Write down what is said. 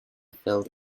felt